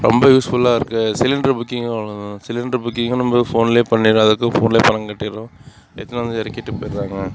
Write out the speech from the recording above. ரொம்ப யூஸ்ஃபுல்லாக இருக்குது சிலிண்டர் புக்கிங்கும் சிலிண்டர் புக்கிங்கும் நம்ம ஃபோன்லேயே பண்ணிடுறோம் அதுக்கும் ஃபோன்லேயே பணம் கட்டிடுறோம் எடுத்துன்னு வந்து இறக்கிட்டு போகிடுறாங்க